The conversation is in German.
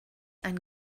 ein